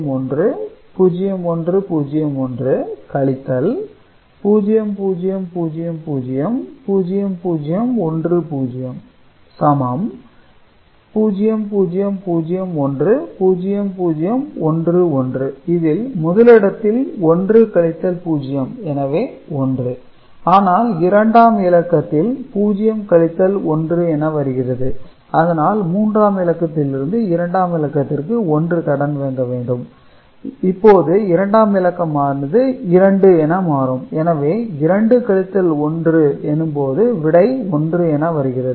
0001 0101 0000 0010 0001 0011 இதில் முதலிடத்தில் 1 கழித்தல் 0 எனவே1 ஆனால் இரண்டாம் இலக்கத்தில் 0 கழித்தல் 1 என வருகிறது அதனால் மூன்றாம் இலக்கத்தில் இருந்து இரண்டாம் இலக்கத்திற்கு 1 கடன் வாங்க வேண்டும் இப்போது இரண்டாம் இலக்கமானது 2 என மாறும் எனவே 2 கழித்தல் 1 எனும்போது விடை 1 என வருகிறது